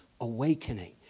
awakening